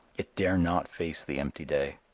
it dare not face the empty day.